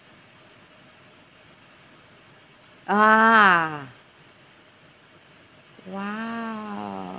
ah !wow!